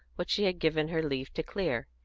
which she had given her leave to clear.